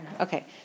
Okay